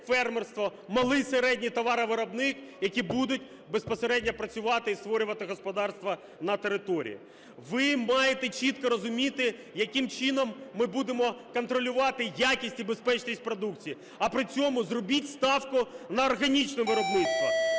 фермерство, малий, середній товаровиробник, які будуть безпосередньо працювати і створювати господарство на території? Ви маєте чітко розуміти, яким чином ми будемо контролювати якість і безпечність продукції. А при цьому зробіть ставку на органічне виробництво.